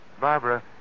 Barbara